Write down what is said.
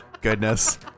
Goodness